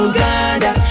Uganda